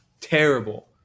Terrible